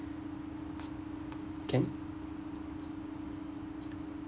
can